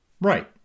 Right